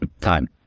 time